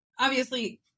obviously-